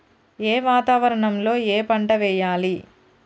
ఏ వాతావరణం లో ఏ పంట వెయ్యాలి?